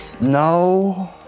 No